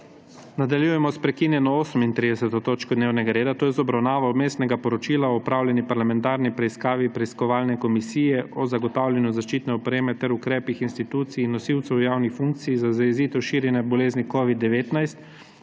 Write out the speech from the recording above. Nadaljujemo s prekinjeno 38. točko dnevnega reda, to je z obravnavo Vmesnega poročila o opravljeni parlamentarni preiskavi Preiskovalne komisije o zagotavljanju zaščitne opreme ter ukrepih institucij nosilcev javnih funkcij za zajezitev širjenja bolezni COVID-19